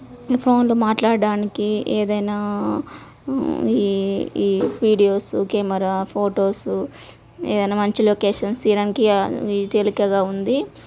ఈ ఫోన్లు మాట్లాడడానికి ఏదైనా ఈ ఈ వీడియోస్ కెమరా ఫోటోస్ ఏదన్నా మంచి లొకేషన్స్ తీయడానికి ఇంకా ఇ తేలికగా ఉంది